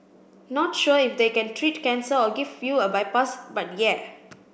not sure if they can treat cancer or give you a bypass but yeah